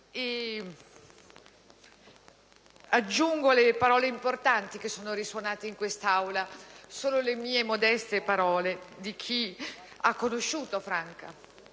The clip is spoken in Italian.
Aggiungo alle parole importanti che sono risuonate in questa Aula le mie modeste parole: parole di chi ha conosciuto Franca,